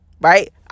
right